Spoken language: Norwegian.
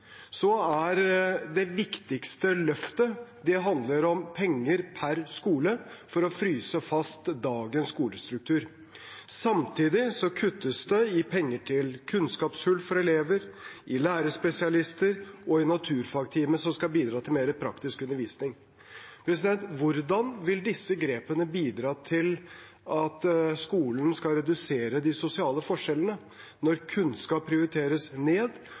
det viktigste løftet om penger per skole for å fryse fast dagens skolestruktur. Samtidig kuttes det i penger til å tette kunnskapshull for elever, til lærerspesialister og til naturfagtimer som skal bidra til mer praktisk undervisning. Hvordan vil disse grepene bidra til at skolen skal redusere de sosiale forskjellene, når kunnskap prioriteres ned